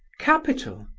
capital!